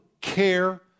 care